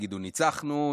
שיגידו: ניצחנו,